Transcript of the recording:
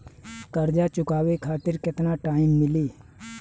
कर्जा चुकावे खातिर केतना टाइम मिली?